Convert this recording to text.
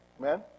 Amen